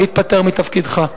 להתפטר מתפקידך.